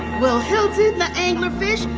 well, hilton the anglerfish,